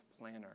planner